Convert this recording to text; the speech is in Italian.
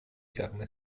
carne